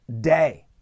day